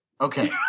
Okay